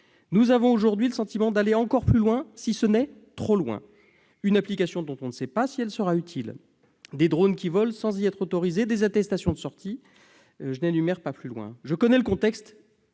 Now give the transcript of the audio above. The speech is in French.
Nous avons aujourd'hui le sentiment d'aller encore plus loin, si ce n'est trop loin : une application dont on ne sait pas si elle sera utile, des drones qui volent sans y être autorisés, des attestations de sortie ... Je connais le contexte